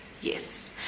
Yes